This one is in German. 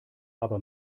aber